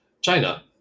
China